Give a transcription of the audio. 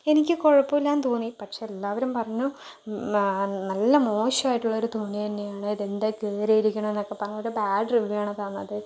എനിക്ക് കുഴപ്പമില്ലായെന്നൂ തോന്നി പക്ഷെ എല്ലാവരും പറഞ്ഞു നല്ല മോശമായിട്ടുള്ളൊരു തുണി തന്നെയാണ് ഇത് എന്താ കീറി ഇരിക്കണേ എന്നൊക്കെ പ ഒരു ബാഡ് റിവ്യൂ ആണ് തന്നത്